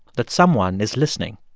that someone is listening,